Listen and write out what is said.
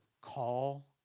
call